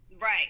right